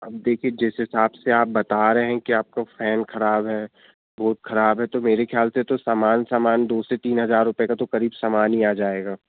अब देखिए जिस हिसाब से आप बता रहें हैं कि आपका फ़ैन खराब है बोर्ड खराब है तो मेरे ख्याल से तो सामान सामान दो से तीन हज़ार रूपये का तो करीब सामान ही आ जाएगा